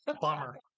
Bummer